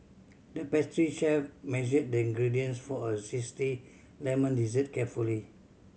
the pastry chef measured the ingredients for a zesty lemon dessert carefully